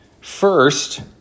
first